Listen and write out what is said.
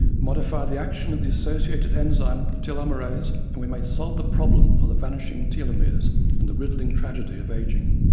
modify the action of the associated enzyme, telomerase, and we may solve the problem of the vanishing telomeres and the riddling tragedy of aging.